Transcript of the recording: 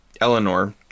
eleanor